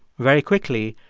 very quickly,